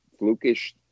flukish